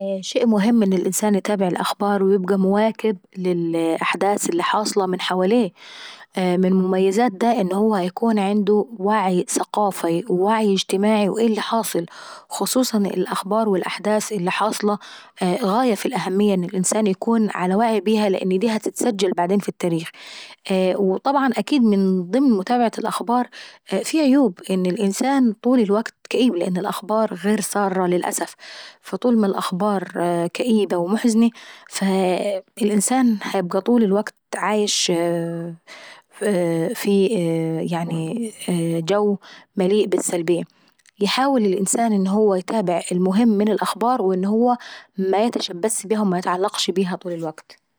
شيء مهم ان الانسان يتابع الاخبار ويواكب الاحداث الحاصلة من حواليه. اه من ميزات دا ان هو بيكون عنده وعي ثقافاي ووعي اجتماعي وايه اللي حاصل. خصوصا الاخباروالاحداث اللي حاصلة غاية في الأهمية ان الانسان يكون على وعي بيها لان دي هتتسجل بعدين في التاريخ. طبعا اكيد من ضمن متابعة الاخبار في عيوب: ان الانسان طول الوقت كئيب لان الاخبار غير سارة للأسف. فطول ما الاخبار محزنة الانسان هيبقى طول الوكت عايش في يعني جو مليء بالسبلية. يحاول الانسان ان هو يتابع المهم من الاخبار ويحاول ان هو ميتشبثس بيها وميتعلقش بيها طول الوقت.